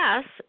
Yes